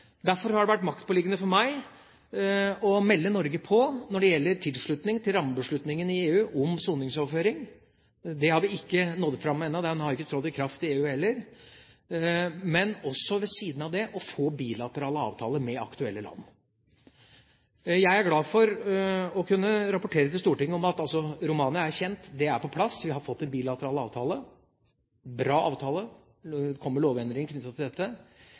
Derfor har det vært maktpåliggende for meg å melde Norge på når det gjelder tilslutning til rammebeslutningen i EU om soningsoverføring. Det har vi ikke nådd fram med ennå – den har ikke trådt i kraft i EU heller. Ved siden av det har det vært maktpåliggende å få til bilaterale avtaler med aktuelle land. Jeg er glad for å kunne rapportere følgende til Stortinget: Når det gjelder Romania, er det som kjent på plass en bilateral, god avtale – det kommer lovendringer knyttet til dette.